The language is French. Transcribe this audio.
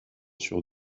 sur